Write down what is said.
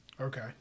Okay